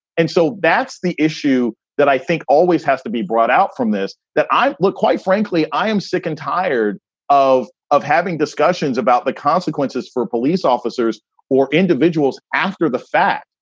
and so that's the issue issue that i think always has to be brought out from this, that i look, quite frankly, i am sick and tired of, of having discussions about the consequences for police officers or individuals after the fact.